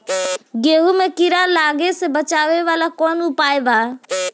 गेहूँ मे कीड़ा लागे से बचावेला कौन उपाय बा?